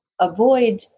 avoid